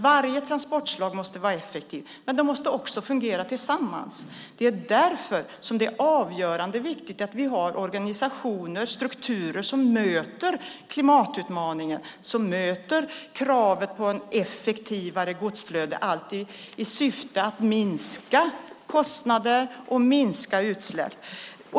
Varje transportslag måste vara effektivt, men de måste också fungera tillsammans. Det är därför det är avgörande viktigt att vi har organisationer och strukturer som möter klimatutmaningarna och kravet på ett effektivare godsflöde, allt i syfte att minska kostnader och utsläpp.